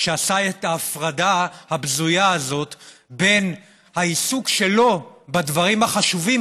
כשעשה את ההפרדה הבזויה הזאת בין העיסוק שלו בדברים החשובים,